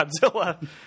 godzilla